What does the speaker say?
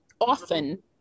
often